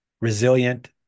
resilient